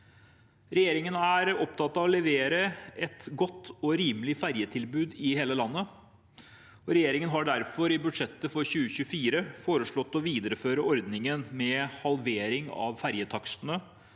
Regjeringen er opptatt av å levere et godt og rimelig ferjetilbud i hele landet. Regjeringen har derfor i budsjettet for 2024 foreslått å videreføre ordningen med halvering av ferjetakstene